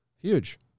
Huge